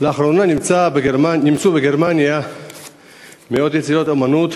לאחרונה נמצאו בגרמניה מאות יצירות אמנות,